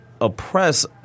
oppress